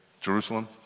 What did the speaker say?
Jerusalem